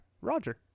Roger